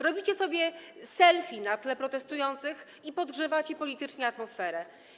Robicie sobie selfie na tle protestujących i podgrzewacie politycznie atmosferę.